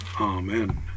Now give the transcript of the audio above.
Amen